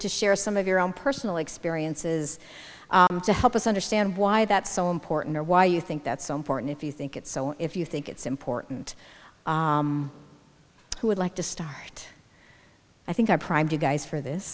to share some of your own personal experiences to help us understand why that's so important or why you think that's so important if you think it's so if you think it's important you would like to stop it i think i primed you guys for this